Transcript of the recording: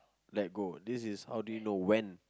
let go this is how do you know when